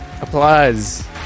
Applause